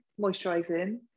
moisturising